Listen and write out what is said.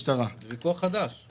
13:29) זה ויכוח חדש,